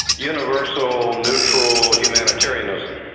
universal, neutral humanitarianism.